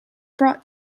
brought